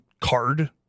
card